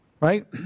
right